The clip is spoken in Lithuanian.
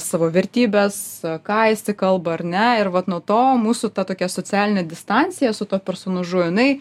savo vertybes ką jisai kalba ar ne ir vat nuo to mūsų ta tokia socialinė distancija su tuo personažu jinai